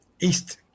East